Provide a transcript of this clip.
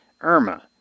Irma